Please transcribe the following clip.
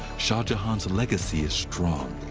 shah jahan's legacy is strong.